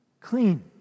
Clean